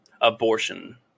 abortion